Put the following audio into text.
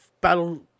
battle